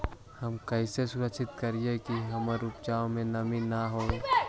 हम कैसे सुनिश्चित करिअई कि हमर उपज में नमी न होय?